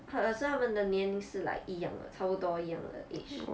可是他们的年龄是 like 一样的差不多一样的 age